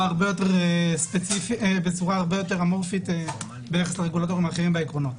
הרבה יותר אמורפית ביחס לרגולטורים אחרים בעקרונות.